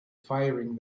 firing